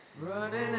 Running